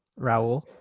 Raul